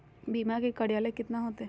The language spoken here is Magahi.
बीमा के कार्यकाल कितना होते?